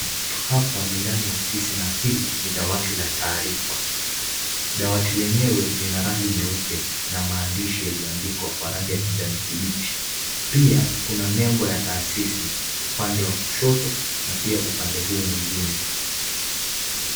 Hapa ni ndani ya ofisi na hili ni dawati la taarifa, dawati lenyewe ni la rangi nyeupe na maandishi yaliyoandikwa kwa rangi ya kijani kibichi, pia kuna nembo ya taasisi upande wa kushoto na pia upande huu mwingine.